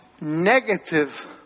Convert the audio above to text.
negative